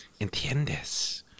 Entiendes